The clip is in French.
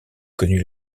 connut